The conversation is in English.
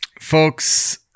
folks